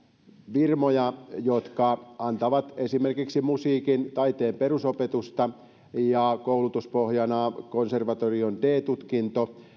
firmoja jotka antavat esimerkiksi musiikin taiteen perusopetusta ja koulutuspohjana on konservatorion d tutkinto